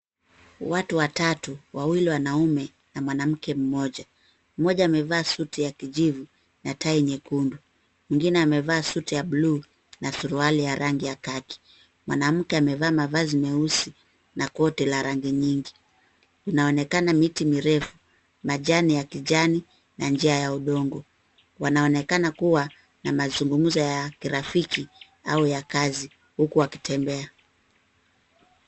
Watu watatu wawili wanaume na mwanamke mmoja. Mmoja amevaa suti ya kijivu na tai nyekundu. Mwingine amevaa suti ya bluu na suruali ya rangi ya khaki . Mwanamke amevaa mavazi meusi na koti la rangi nyingi. Inaonekana miti mirefu, majani ya kijani na njia ya udongo. Wanaonekana kuwa na mazungumzo ya kirafiki au ya kazi huku wakitembea.